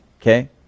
Okay